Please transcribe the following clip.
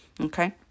okay